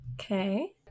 Okay